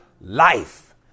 life